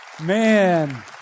Man